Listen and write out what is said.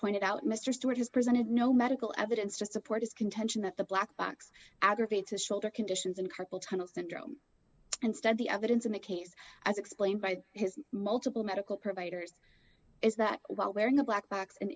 pointed out mr stewart has presented no medical evidence to support his contention that the black box aggravates the shoulder conditions and carpal tunnel syndrome instead the evidence in the case as explained by his multiple medical providers is that while wearing a black box an